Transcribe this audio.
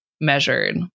measured